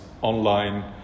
online